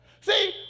See